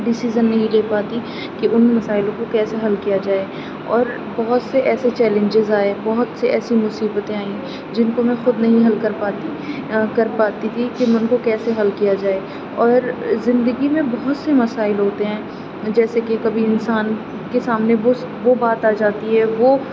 decision نہیں لے پاتی کہ ان مسائلوں کو کیسے حل کیا جائے اور بہت سے ایسے چیلنجز آئے بہت سے ایسی مصیبتیں آئیں جن کو میں خود نہیں حل کر پاتی کر پاتی تھی کہ ان کو کیسے حل کیا جائے اور زندگی میں بہت سے مسائل ہوتے ہیں جیسے کہ کبھی انسان کے سامنے وہ بات آ جاتی ہے وہ